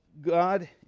God